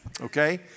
okay